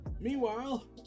Meanwhile